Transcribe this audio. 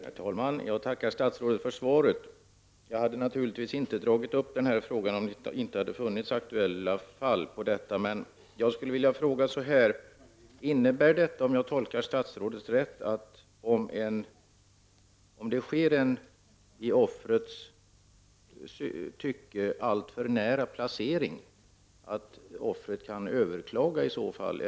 Herr talman! Jag tackar statsrådet för svaret. Jag hade naturligtvis inte ställt min fråga om det inte hade funnits aktuella fall på detta område. Men jag skulle vilja ställa ytterligare en fråga. Innebär detta — om jag tolkar statsrådet rätt — att offret kan överklaga placeringen om den enligt offrets uppfattning är alltför näraliggande?